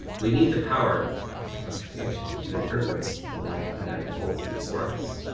we need the power of perception to interpret the life that unfolds before us.